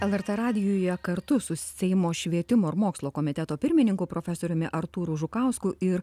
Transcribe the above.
lrt radijuje kartu su seimo švietimo ir mokslo komiteto pirmininku profesoriumi artūru žukausku ir